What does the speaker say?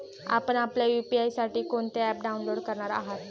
आपण आपल्या यू.पी.आय साठी कोणते ॲप डाउनलोड करणार आहात?